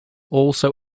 also